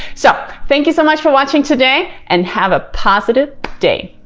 so thank you so much for watching today and have a positive day!